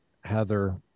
Heather